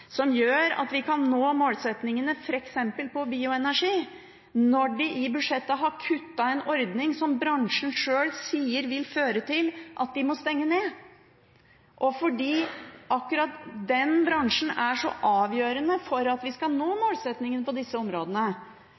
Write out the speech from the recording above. som gjør at vi kan nå målsettingene f.eks. på bioenergi, når de i budsjettet har kuttet en ordning som bransjen sjøl sier vil føre til at de må stenge ned? Og fordi akkurat den bransjen er så avgjørende for at vi skal nå målsettingene på